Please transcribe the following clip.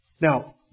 Now